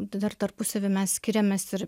d dar tarpusavyje mes skiriamės ir